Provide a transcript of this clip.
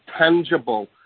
tangible